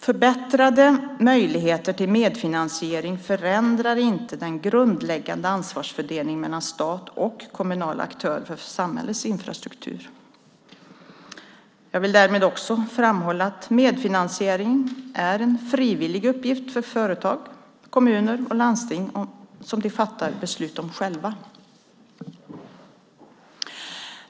Förbättrade möjligheter till medfinansiering förändrar inte den grundläggande ansvarsfördelningen mellan statliga och kommunala aktörer för samhällets infrastruktur. Jag vill därmed också framhålla att medfinansiering är en frivillig uppgift för företag, kommuner och landsting som de fattar beslut om själva.